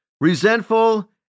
resentful